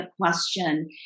question